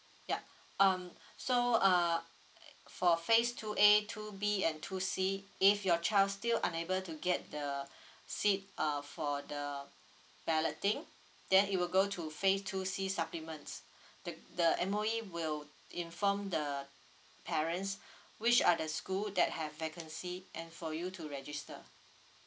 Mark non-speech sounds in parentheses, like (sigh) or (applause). yup um so uh for phase two A two B and two C if your child still unable to get the seat uh for the balloting then it will go to phase two C supplements the the M_O_E will inform the parents which (breath) are the school that have vacancy and for you to register